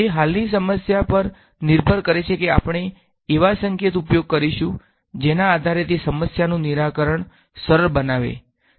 તે હાલની સમસ્યા પર નિર્ભર કરે છે કે આપણે એવા સંકેત ઉપયોગ કરીશુ કે જેના આધારે તે સમસ્યાનું નિરાકરણ શું સરળ બનાવે છે